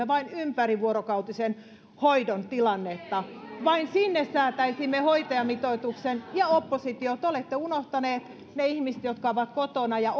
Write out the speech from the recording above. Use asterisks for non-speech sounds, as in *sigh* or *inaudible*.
*unintelligible* vain ympärivuorokautisen hoidon tilannetta ja vain sinne säätäisimme hoitajamitoituksen oppositio te te olette unohtaneet ne ihmiset jotka ovat kotona ja *unintelligible*